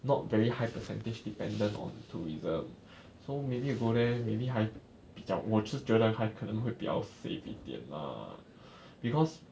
not very high percentage dependent on tourism so maybe you go there maybe 还比较我是觉得还可能会比较 safe 一点 lah because